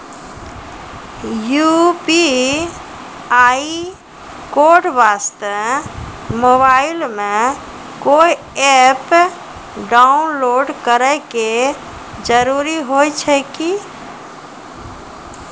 UPI code वास्ते mobile मे कोय एप्प डाउनलोड करे के जरूरी होय छै की?